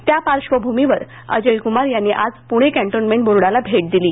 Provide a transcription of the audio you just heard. त्या पार्श्वभूमीवर अजय क्मार यांनी आज प्णे कॅन्टोन्मेंट बोर्डाला भेट दिली